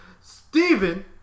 Steven